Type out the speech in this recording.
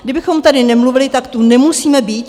Kdybychom tady nemluvili, tak tu nemusíme být.